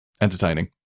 entertaining